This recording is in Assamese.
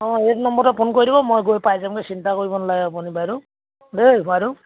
অঁ এইটো নম্বৰতে ফোন কৰি দিব মই গৈ পাই যামগৈ চিন্তা কৰিব নালাগে আপুনি বাইদেউ বাইদেউ